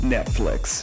Netflix